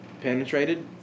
penetrated